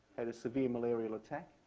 had a severe malarial attack,